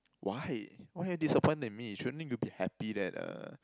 why why are you disappointed in me shouldn't you be happy that uh